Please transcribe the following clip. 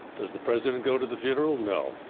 does the president go to the funeral? no.